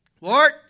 Lord